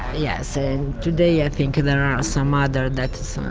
yes, and today i think there are some others that,